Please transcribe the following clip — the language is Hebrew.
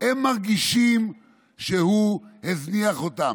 הם מרגישים שהוא הזניח אותם,